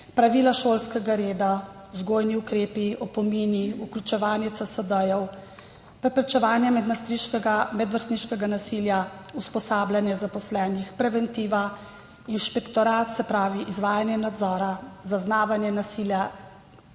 pravila šolskega reda, vzgojni ukrepi, opomini, vključevanje CSD-jev, preprečevanje medvrstniškega nasilja, usposabljanje zaposlenih, preventiva, inšpektorat, se pravi izvajanje nadzora, zaznavanje nasilja